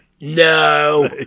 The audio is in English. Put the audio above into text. No